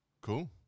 Cool